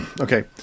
Okay